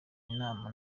imana